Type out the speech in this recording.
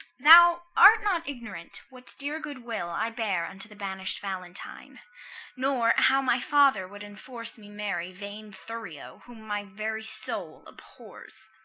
thou art not ignorant what dear good will i bear unto the banish'd valentine nor how my father would enforce me marry vain thurio, whom my very soul abhors.